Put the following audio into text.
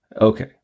okay